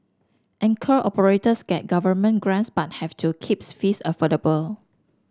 anchor operators get government grants but have to keep fees affordable